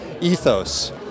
ethos